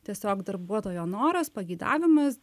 tiesiog darbuotojo noras pageidavimas